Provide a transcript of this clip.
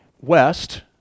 west